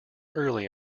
early